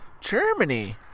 Germany